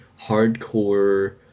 hardcore